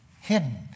hidden